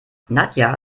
nadja